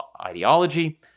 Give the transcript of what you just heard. ideology